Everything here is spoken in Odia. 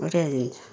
ବଢ଼ିଆ ଜିନିଷ